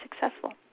successful